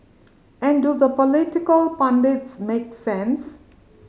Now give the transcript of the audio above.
and do the political pundits make sense